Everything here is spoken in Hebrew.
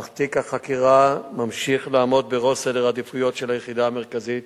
אך תיק החקירה ממשיך לעמוד בראש סדר העדיפויות של היחידה המרכזית